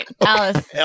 Alice